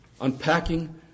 unpacking